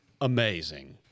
amazing